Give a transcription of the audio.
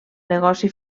negoci